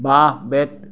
বাঁহ বেত